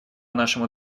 нашему